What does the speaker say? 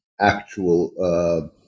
actual